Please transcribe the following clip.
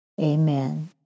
Amen